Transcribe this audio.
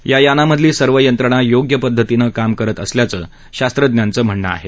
या यानामधली सर्व यंत्रणा योग्य पद्धतीनं काम करत असल्याचं शास्त्रज्ञांचं म्हणणं आहे